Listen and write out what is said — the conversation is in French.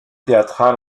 théâtral